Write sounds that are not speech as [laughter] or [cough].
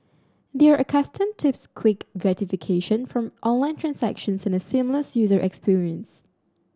they are accustomed [unintelligible] quick gratification from online transactions and a seamless user experience